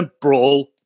Brawl